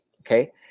okay